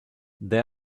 they